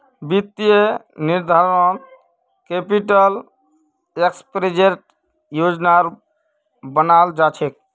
वित्तीय निर्धारणत कैपिटल स्ट्रक्चरेर योजना बनाल जा छेक